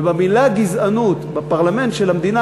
ובמילה "גזענות" בפרלמנט של המדינה